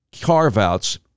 carve-outs